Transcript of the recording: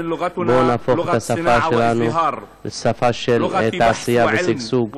בואו נהפוך את השפה שלנו לשפה של תעשייה ושגשוג,